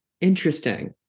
Interesting